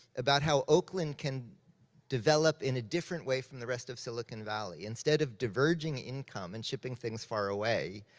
about how oakland can develop in a different way from the rest of silicon valley. instead of diverging income, and shipping things far away,